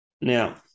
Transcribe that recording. Now